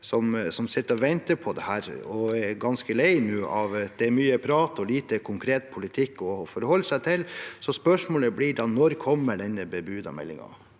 som sitter og venter på dette, og nå er ganske lei av at det er mye prat og lite konkret politikk å forholde seg til. Spørsmålet blir: Når kommer den bebudede meldingen?